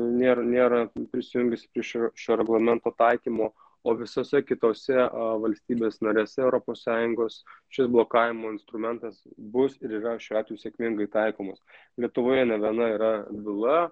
nėr nėra prisijungusi prie šio šio reglamento taikymo o visose kitose valstybės narėse europos sąjungos šis blokavimo instrumentas bus ir yra šiuo atveju sėkmingai taikomas lietuvoje ne viena yra byla